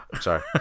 Sorry